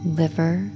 liver